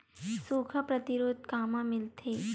सुखा प्रतिरोध कामा मिलथे?